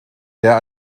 der